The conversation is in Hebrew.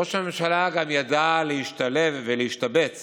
ראש הממשלה גם ידע להשתלב ולהשתבץ